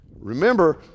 Remember